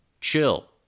chill